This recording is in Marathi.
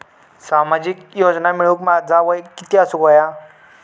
सामाजिक योजना मिळवूक माझा वय किती असूक व्हया?